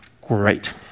Great